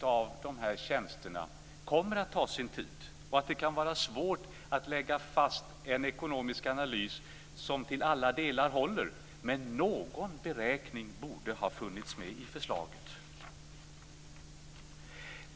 av dessa tjänster kommer att ta sin tid. Det kan vara svårt att lägga fast en ekonomisk analys som till alla delar håller. Men någon beräkning borde ha funnits med i förslaget.